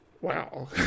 Wow